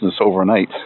overnight